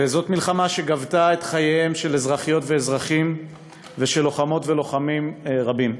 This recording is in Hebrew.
זאת מלחמה שגבתה את חייהם של אזרחיות ואזרחים ושל לוחמות ולוחמים רבים.